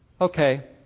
okay